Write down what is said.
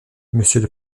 monsieur